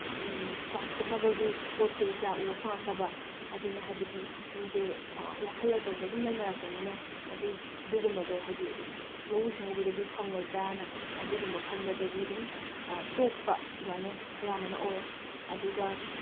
ꯆꯥꯎꯊꯣꯛꯅꯕꯒꯤ ꯄꯣꯠꯁꯦ ꯀꯌꯥ ꯎꯕ ꯐꯪꯉꯛꯇꯕ ꯑꯗꯨꯅ ꯍꯥꯏꯕꯗꯤ ꯃꯤꯁꯦ ꯋꯥꯈꯜ ꯑꯆꯧꯕ ꯑꯗꯨꯝ ꯂꯩꯅꯔꯛꯄꯅꯤꯅ ꯑꯗꯨꯒꯨꯝꯕꯗꯣ ꯍꯥꯏꯗꯤ ꯂꯧꯎ ꯁꯤꯡꯎꯕꯗꯒꯤ ꯐꯪꯉꯣꯏꯗ꯭ꯔꯥꯅ ꯑꯗꯨꯒꯨꯝꯕ ꯈꯪꯕꯗꯒꯤ ꯑꯗꯨꯝ ꯇꯣꯛꯄ ꯑꯗꯨꯃꯥꯏꯅ ꯑꯌꯥꯝꯕꯅ ꯑꯣꯏ ꯑꯗꯨꯒ